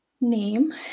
name